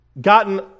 gotten